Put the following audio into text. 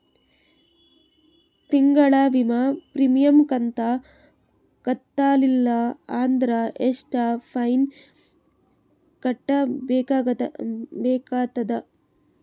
ತಿಂಗಳ ವಿಮಾ ಪ್ರೀಮಿಯಂ ಕಂತ ಕಟ್ಟಲಿಲ್ಲ ಅಂದ್ರ ಎಷ್ಟ ಫೈನ ಕಟ್ಟಬೇಕಾಗತದ?